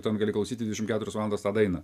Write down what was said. ten gali klausytis dvidešim keturias valandas tą dainą